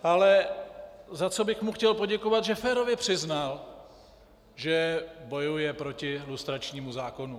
Ale za co bych mu chtěl poděkovat, že férově přiznal, že bojuje proti lustračnímu zákonu.